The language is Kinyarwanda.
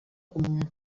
umwe